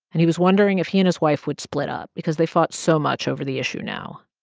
and he was wondering if he and his wife would split up because they fought so much over the issue now,